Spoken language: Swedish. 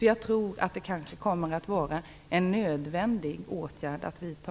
Jag tror att det kanske kommer att vara en nödvändig åtgärd att vidta.